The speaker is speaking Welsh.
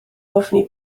ofni